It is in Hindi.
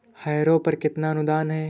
हैरो पर कितना अनुदान है?